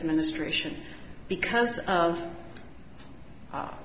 administration because of